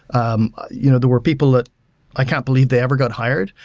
um you know there were people that i can't believe they ever got hired,